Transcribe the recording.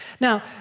Now